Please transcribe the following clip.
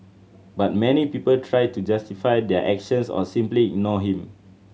but many people try to justify their actions or simply ignored him